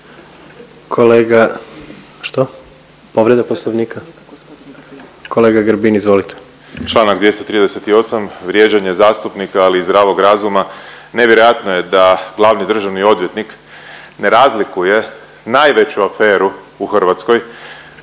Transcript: Kolega. Što? Povreda poslovnika, kolega Grbin izvolite. **Grbin, Peđa (SDP)** Čl. 238. vrijeđanje zastupnika, ali i zdravog razuma. Nevjerojatno je da glavni državni odvjetnik ne razlikuje najveću aferu u Hrvatskoj,